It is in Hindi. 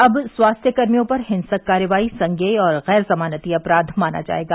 अब स्वास्थ्य कर्मियों पर हिंसक कार्रवाई संज्ञेय और गैर जमानती अपराध माना जाएगा